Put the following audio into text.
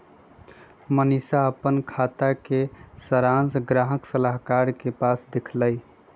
मनीशा अप्पन खाता के सरांश गाहक सलाहकार के पास से देखलकई